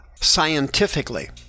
scientifically